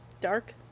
Dark